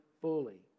fully